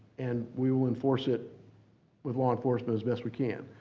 and we will enforce it with law enforcement as best we can.